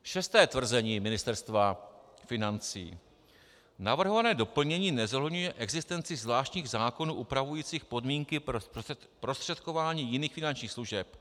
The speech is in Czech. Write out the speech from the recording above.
Šesté tvrzení Ministerstva financí: Navrhované doplnění nezohledňuje existenci zvláštních zákonů upravujících podmínky pro zprostředkování jiných finančních služeb.